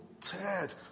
Ted